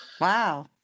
Wow